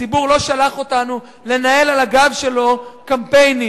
הציבור לא שלח אותנו לנהל על הגב שלו קמפיינים.